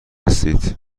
هستید